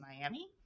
Miami